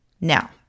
Now